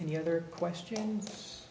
any other questions